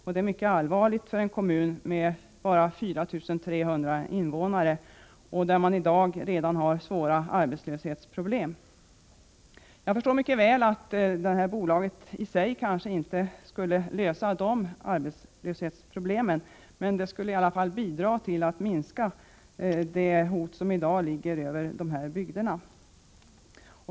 Detta är mycket allvarligt för en kommun med bara 4 300 invånare och där man redan i dag har svåra arbetslöshetsproblem. Jag förstår mycket väl att detta bolag i sig kanske inte skulle kunna lösa de arbetslöshetsproblemen, men det skulle i varje fall bidra till att minska det hot som i dag ligger över dessa bygder.